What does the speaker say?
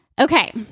Okay